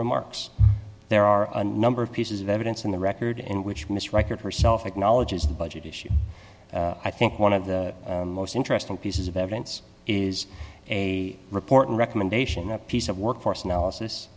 remarks there are a number of pieces of evidence in the record in which miss record herself acknowledges the budget issue i think one of the most interesting pieces of evidence is a report recommendation a piece of work force analysis